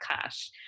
cash